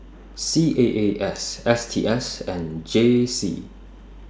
C A A S S T S and J C